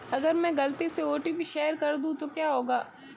अगर मैं गलती से ओ.टी.पी शेयर कर दूं तो क्या होगा?